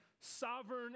sovereign